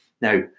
Now